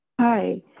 Hi